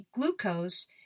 glucose